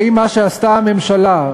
האם מה שעשתה הממשלה,